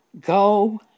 Go